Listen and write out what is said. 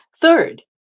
Third